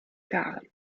garen